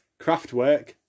Craftwork